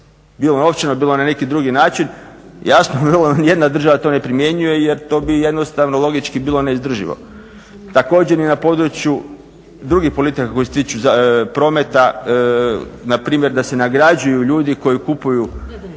bilo novčano bilo na neki drugi način, jasno ni jedna država to ne primjenjuje jer to bi jednostavno logički bilo neizdrživo. Također ni na području drugih politika koje se tiču prometa npr. da se nagrađuju ljudi koji kupuju